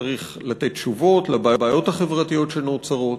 צריך לתת תשובות לבעיות החברתיות שנוצרות,